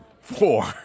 four